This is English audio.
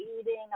eating